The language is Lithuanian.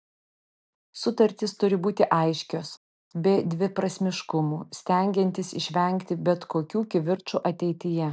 sutartys turi būti aiškios be dviprasmiškumų stengiantis išvengti bet kokių kivirčų ateityje